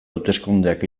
hauteskundeak